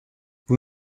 vous